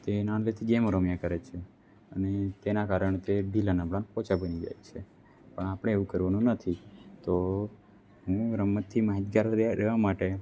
તે નાનેથી ગેમ રમ્યા કરે છે અને તેના કારણ તે ઢીલા નબળા પોચા બની જાય છે પણ આપણે એવું કરવાનું નથી તો હું રમતથી માહિતગાર રેવા રહેવા માટે